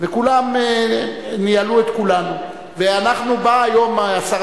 וכולם ניהלו את כולנו,